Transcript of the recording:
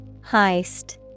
Heist